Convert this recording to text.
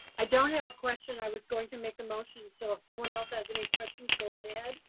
i don't have a question. i was going to make the motion so if someone else has any questions go read ahead.